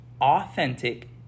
authentic